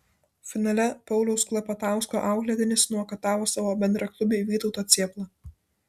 finale pauliaus klapatausko auklėtinis nokautavo savo bendraklubį vytautą cėplą